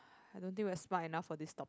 I don't think we've spa enough for this stop